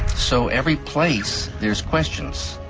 so every place there's questions.